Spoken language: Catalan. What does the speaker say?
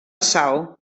sal